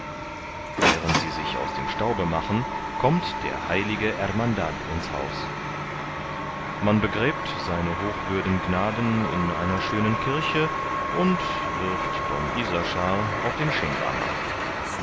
während sie sich aus dem staube machen kommt die heilige hermandad ins haus man begräbt se hochwürden gnaden in einer schönen kirche und wirft don isaschar auf den